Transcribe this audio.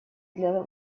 для